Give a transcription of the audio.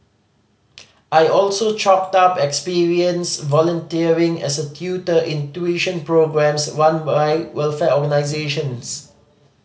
I also chalked up experience volunteering as a tutor in tuition programmes one by welfare organisations